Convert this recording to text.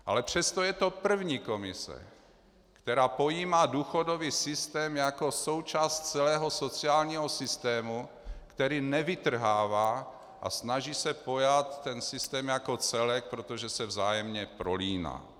Ale přesto je to první komise, která pojímá důchodový systém jako součást celého sociálního systému, který nevytrhává, a snaží se pojmout ten systém jako celek, protože se vzájemně prolíná.